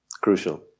crucial